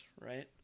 right